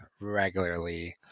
regularly